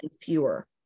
fewer